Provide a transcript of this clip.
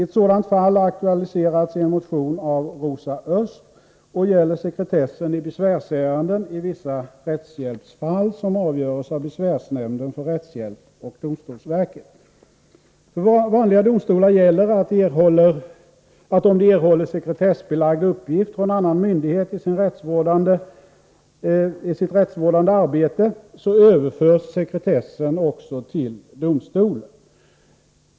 Ett sådant fall har aktualiserats i en motion av Rosa Östh och gäller sekretessen i besvärsärenden i vissa rättshjälpsfall som avgörs av besvärsnämnden för rättshjälp och domstolsverket. För vanliga domstolar gäller, att om de erhåller sekretessbelagd uppgift från annan myndighet i sitt rättsvårdande arbete, överförs sekretessen också till domstolen.